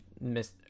miss